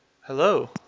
Hello